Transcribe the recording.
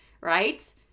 right